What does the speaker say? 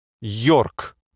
York